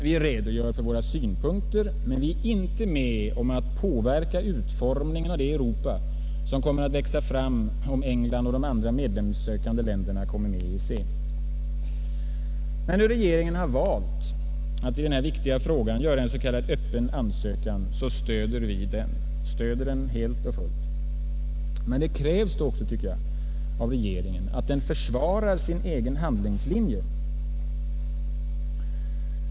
Vi redogör för våra synpunkter men är inte med om att påverka utformningen av det Europa som kommer att växa fram om England och de andra medlemskapssökande länderna kommer med. När nu regeringen har valt att i denna viktiga fråga göra en s.k. öppen ansökan stöder vi den — stöder den helt och fullt. Men det krävs då också, tycker jag, att regeringen försvarar sin egen handlingslinje.